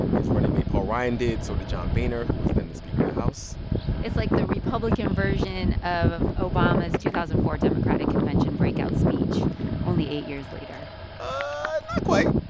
his running mate paul ryan did. so did john boehner, who was then the speaker of the house it's like the republican version of obama's two thousand and four democratic convention breakout speech only eight years later ah not quite